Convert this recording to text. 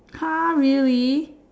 !huh! really